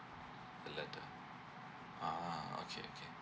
the letter ah okay okay